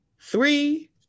three